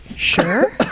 Sure